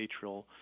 atrial